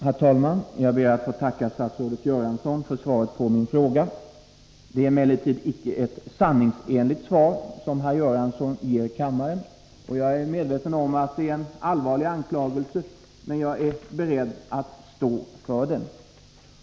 Herr talman! Jag ber att få tacka statsrådet Göransson för svaret på min fråga. Det är emellertid icke ett sanningsenligt svar som herr Göransson ger kammaren. Jag är medveten om att det är en allvarlig anklagelse, men jag är beredd att stå för den.